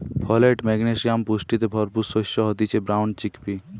folate, magnesium পুষ্টিতে ভরপুর শস্য হতিছে ব্রাউন চিকপি